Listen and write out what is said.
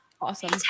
Awesome